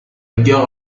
edgar